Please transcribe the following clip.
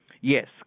Yes